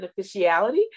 beneficiality